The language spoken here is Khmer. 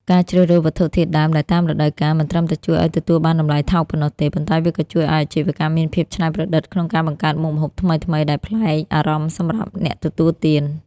ការជ្រើសរើសវត្ថុធាតុដើមដែលតាមរដូវកាល មិនត្រឹមតែជួយឱ្យទទួលបានតម្លៃថោកប៉ុណ្ណោះទេ ប៉ុន្តែវាក៏ជួយឱ្យអាជីវកម្មមានភាពច្នៃប្រឌិតក្នុងការបង្កើតមុខម្ហូបថ្មីៗដែលប្លែកអារម្មណ៍សម្រាប់អ្នកទទួលទាន។